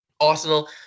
Arsenal